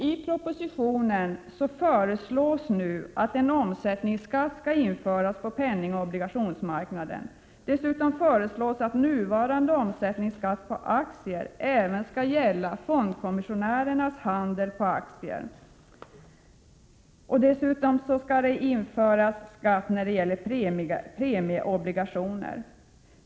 I propositionen föreslås att en omsättningsskatt skall införas på penningoch obligationsmarknaden. Dessutom föreslås att nuvarande omsättningsskatt på aktier även skall gälla fondkommissionärers handel med aktier. Dessutom skall en skatt införas på premieobligationer.